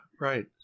right